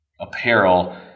apparel